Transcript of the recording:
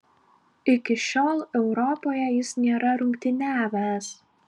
iki šiol europoje jis nėra rungtyniavęs